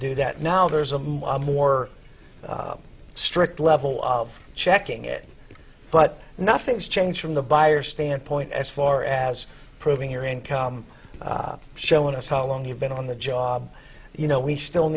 do that now there's a much more strict level of checking it but nothing's changed from the buyer standpoint as far as proving your income showing us how long you've been on the job you know we still